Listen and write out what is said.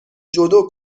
جودو